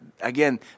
Again